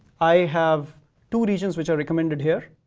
i have two regions which are recommended here,